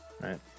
right